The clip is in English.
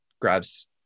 grabs